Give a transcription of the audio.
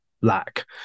lack